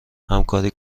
همکاری